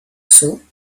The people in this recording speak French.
sault